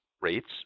rates